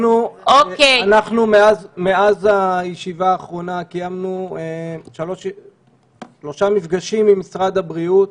אנחנו מאז הישיבה האחרונה קיימנו שלושה מפגשים עם משרד הבריאות,